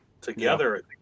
together